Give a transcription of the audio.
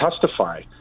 testify